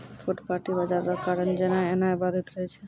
फुटपाटी बाजार रो कारण जेनाय एनाय बाधित रहै छै